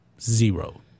Zero